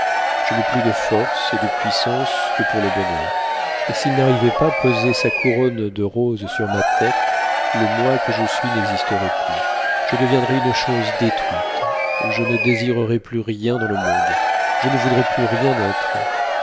je n'ai plus de force et de puissance que pour le bonheur et s'il n'arrivait pas à poser sa couronne de roses sur ma tête le moi que je suis n'existerait plus je deviendrais une chose détruite je ne désirerais plus rien dans le monde je ne voudrais plus rien être